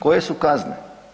Koje su kazne?